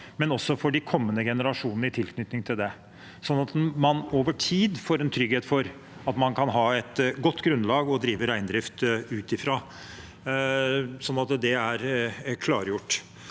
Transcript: men også for de kommende generasjoner knyttet til den, så man over tid får en trygghet for at man kan ha et godt grunnlag å drive reindrift ut fra – så er det klargjort.